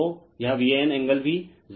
तो यह VAN angle भी Z Y Z एंगल है